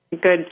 good